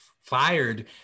fired